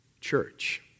church